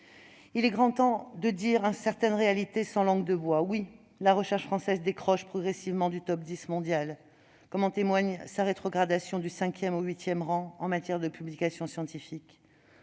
Il est grand temps de dire certaines réalités sans langue de bois. Oui, la recherche française décroche progressivement du top 10 mondial, comme en témoigne sa rétrogradation du cinquième au huitième rang en matière de publications scientifiques.